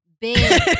Big